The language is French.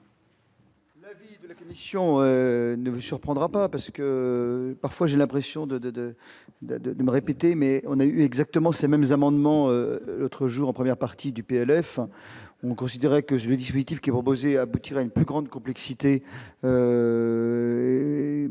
l'avis de la commission. Ici, on ne vous surprendra pas, parce que parfois j'ai l'impression de, de, de, de, de me répéter, mais on a eu exactement ces mêmes amendements, l'autre jour en première partie du PLF, on considérait que je vais 18 îles qui proposé aboutir à une plus grande complexité